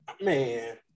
Man